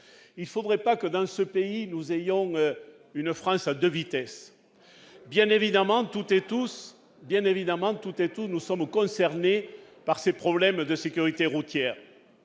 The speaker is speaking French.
Il ne faudrait pas que l'on en arrive à une France à deux vitesses. Bien évidemment, nous sommes tous concernés par ces problèmes de sécurité routière,